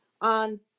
on